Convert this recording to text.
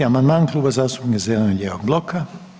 5. amandman Kluba zastupnika zeleno-lijevog bloka.